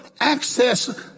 access